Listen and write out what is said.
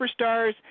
superstars